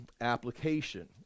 application